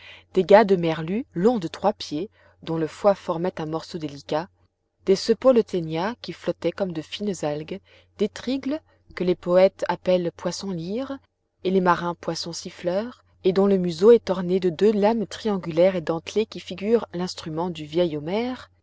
des gades merlus longs de trois pieds dont le foie formait un morceau délicat des coepoles ténias qui flottaient comme de fines algues des trygles que les poètes appellent poissons lyres et les marins poissons siffleurs et dont le museau est orné de deux lames triangulaires et dentelées qui figurent l'instrument du vieil homère